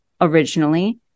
originally